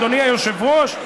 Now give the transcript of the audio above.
אדוני היושב-ראש,